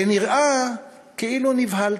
ונראה כאילו נבהלת.